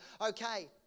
okay